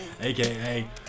aka